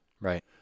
right